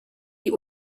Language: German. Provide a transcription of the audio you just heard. die